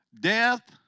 death